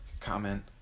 comment